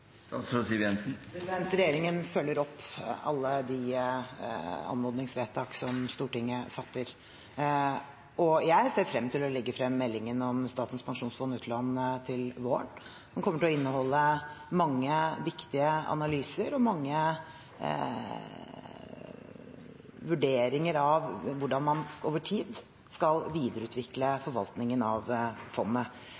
Regjeringen følger opp alle de anmodningsvedtak som Stortinget fatter, og jeg ser frem til å legge frem meldingen om Statens pensjonsfond utland til våren. Den kommer til å inneholde mange viktige analyser og mange vurderinger av hvordan man over tid skal videreutvikle